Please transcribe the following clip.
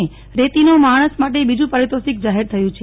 રેતીનો માણસ માટે બીજું પારિતોષિક જાહેર થયું છે